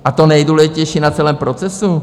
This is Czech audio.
A to nejdůležitější na celém procesu?